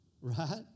right